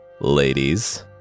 Ladies